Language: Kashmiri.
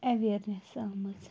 اٮ۪ویرنٮ۪س آمٕژ